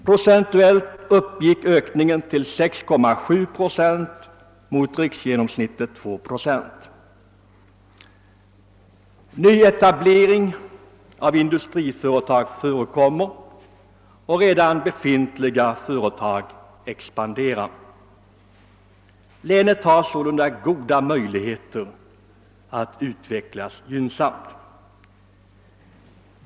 Procentuellt uppgick ökningen till 6,7 procent mot riksgenomsnittet 2 procent. Nyetablering av industriföretag förekommer och redan befintliga företag expanderar. Länet har sålunda goda möjligheter att utvecklas gynnsamt.